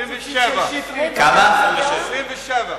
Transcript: אחרי הקיצוצים של שטרית, 27 מיליון.